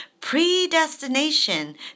predestination